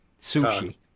sushi